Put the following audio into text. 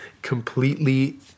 completely